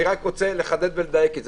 אני רק רוצה לדייק את זה.